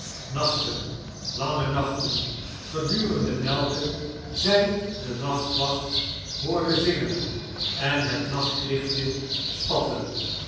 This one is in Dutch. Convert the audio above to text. nachten lange nachten gedurende welke zij den nachtwacht hoorde zingen en het nachtlichtje spatten